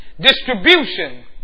Distribution